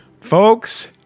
Folks